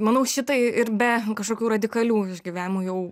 manau šitai ir be kažkokių radikalių išgyvenimų jau